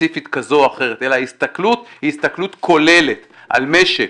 ספציפית כזו או אחרת אלא ההסתכלות היא הסתכלות כוללת על משק,